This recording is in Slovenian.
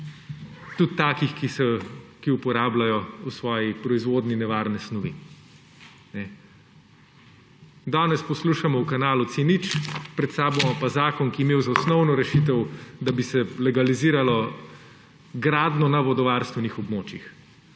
tudi takih, ki uporabljajo v svoji proizvodnji nevarne snovi. Danes poslušamo o kanalu C0, pred sabo pa imamo zakon, ki je imel za osnovno rešitev, da bi se legalizirala gradnja na vodovarstvenih območjih.